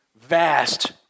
vast